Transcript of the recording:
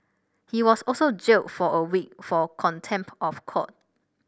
he was also jailed for a week for contempt of court